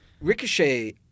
Ricochet